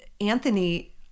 Anthony